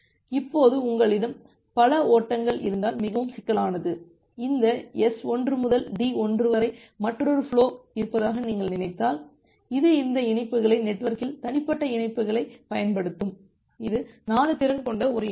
இப்போது உங்களிடம் பல ஓட்டங்கள் இருந்தால் மிகவும் சிக்கலானது இந்த S1 முதல் D1 வரை மற்றொரு ஃபுலோ இருப்பதாக நீங்கள் நினைத்தால் இது இந்த இணைப்புகளை நெட்வொர்க்கில் தனிப்பட்ட இணைப்புகளைப் பயன்படுத்தும் இது 4 திறன் கொண்ட ஒரு இணைப்பு